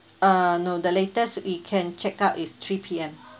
uh no the latest you can check out is three P_M